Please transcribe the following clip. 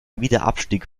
wiederabstieg